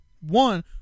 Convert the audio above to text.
one